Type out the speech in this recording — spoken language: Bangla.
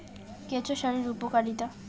কেঁচো সারের উপকারিতা?